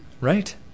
right